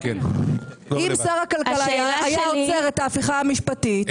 אם שר הכלכלה היה עוצר את ההפיכה המשפטית,